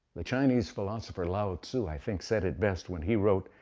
the chinese philosopher lao tzu, i think, said it best, when he wrote,